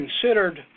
considered